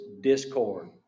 discord